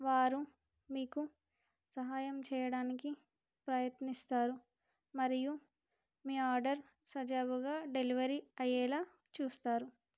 వారు మీకు సహాయం చేయడానికి ప్రయత్నిస్తారు మరియు మీ ఆర్డర్ సజావుగా డెలివరీ అయ్యేలాగ చూస్తారు